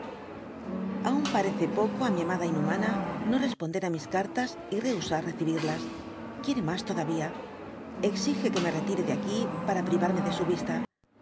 aira parece poco á mi amada inhumana no res ponder á mis cartas y rehusar recibirlas quiere mas todavía exige que me retire de aquí para privarme de su vista